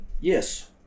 Yes